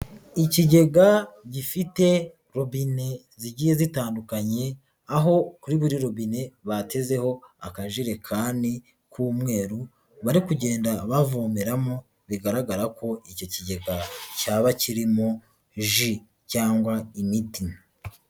Ikigega gifite robine zigiye zitandukanye, aho kuri buri rubine batezeho akajerekani k'umweru bari kugenda bavomeramo, bigaragara ko icyo kigega cyaba kirimo ji cyangwa imiti.